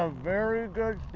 ah very good